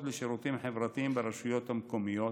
לשירותים חברתיים ברשויות המקומיות